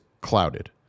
clouded